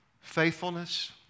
faithfulness